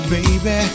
Baby